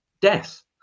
death